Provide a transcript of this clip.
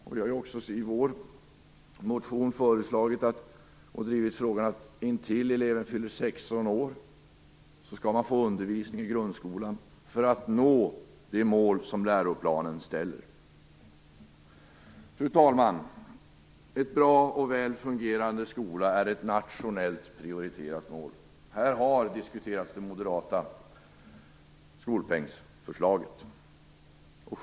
Vi har också i vår motion föreslagit att eleven skall få undervisning i grundskolan intill dess att han eller hon fyller 16 år, för att nå de mål som läroplanen ställer upp. Fru talman! En bra och väl fungerande skola är ett nationellt prioriterat mål. Det moderata skolpengsförslaget har diskuterats.